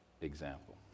example